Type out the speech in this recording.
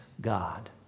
God